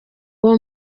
uwo